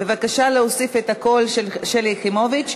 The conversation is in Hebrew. בבקשה להוסיף את הקול של שלי יחימוביץ,